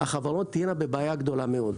החברות תהיינה בבעיה גדולה מאוד.